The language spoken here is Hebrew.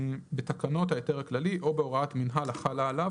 בתקנות ההיתר הכללי או בהוראת מינהל החלה עליו,